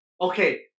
okay